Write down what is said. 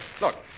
Look